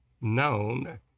known